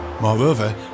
Moreover